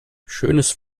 schönes